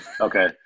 Okay